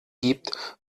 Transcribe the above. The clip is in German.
gibt